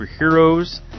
Superheroes